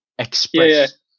express